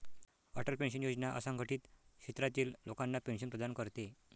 Atal pension योजना असंघटित क्षेत्रातील लोकांना पेन्शन प्रदान करते